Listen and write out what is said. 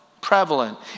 prevalent